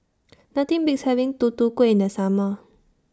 Nothing Beats having Tutu Kueh in The Summer